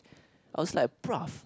I was like prof